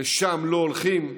לשם לא הולכים,